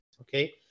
okay